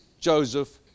Joseph